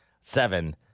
seven